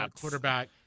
quarterback